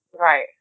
right